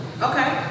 Okay